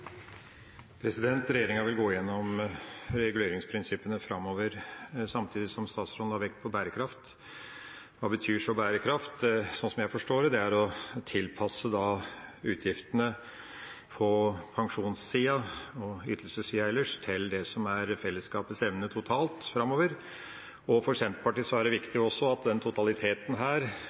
2016. Regjeringa vil gå gjennom reguleringsprinsippene framover. Samtidig la statsråden vekt på bærekraft. Hva betyr så bærekraft? Sånn som jeg forstår det, er det å ha tilpasset utgiftene på pensjonssida og ytelsessida ellers til det som er fellesskapets evne totalt framover. For Senterpartiet er det